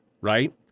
right